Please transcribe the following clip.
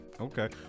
Okay